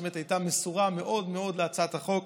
שבאמת הייתה מסורה מאוד מאוד להצעת החוק,